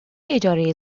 اجاره